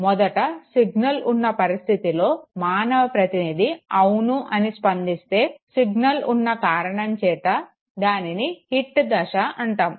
మొదట సిగ్నల్ ఉన్న పరిస్థితిలో మానవ ప్రతినిధి అవును అని స్పందిస్తే సిగ్నల్ ఉన్న కారణం చేత దానిని హిట్ దశ అంటాము